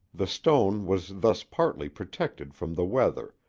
the stone was thus partly protected from the weather,